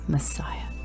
Messiah